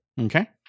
Okay